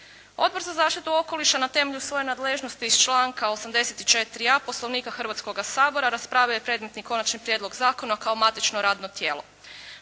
Odbor za zaštitu okoliša na temelju svoje nadležnosti iz članka 84.a Poslovnika Hrvatskoga sabora raspravio je predmetni konačni prijedlog zakona kao matično radno tijela.